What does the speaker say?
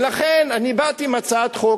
לכן באתי עם הצעת חוק,